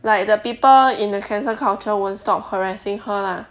like the people in the cancel culture won't stop harassing her lah